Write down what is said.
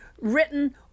written